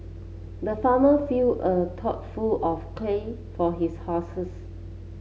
the farmer filled a trough full of hay for his horses